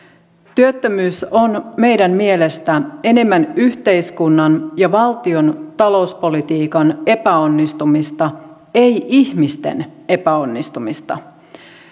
työttömyys on meidän mielestämme enemmän yhteiskunnan ja valtion talouspolitiikan epäonnistumista ei ihmisten epäonnistumista